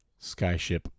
skyship